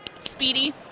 Speedy